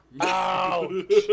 Ouch